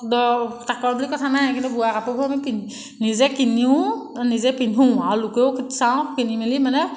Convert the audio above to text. তাকৰ বুলি কথা নাই কিন্তু বোৱা কাপোৰবোৰ আমি পিন্ধি নিজে কিনিও নিজে পিন্ধোঁ আৰু লোকেও চাওঁ কিনি মেলি মানে